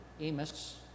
Amos